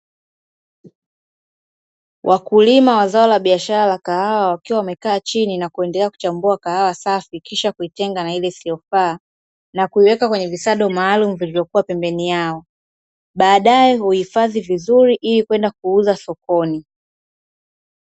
Wakulima wa zao la biashara la kahawa, wakiwa wamekaa chini na kuendelea kuchambua kahawa safi, kisha kuitenga na ile isiyofaa na kuiweka kwenye visado maalumu vilivyokuwa pembeni yao, baadae huhifadhi vizuri ili kwenda kuuza sokoni.